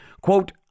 Quote